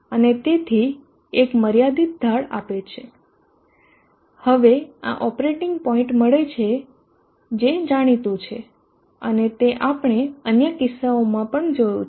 અને તેથી એક મર્યાદિત ઢાળ આપે છે હવે આ ઓપરેટિંગ પોઇન્ટ મળે છે જે જાણીતું છે અને તે આપણે અન્ય કિસ્સાઓમાં પણ જોયું છે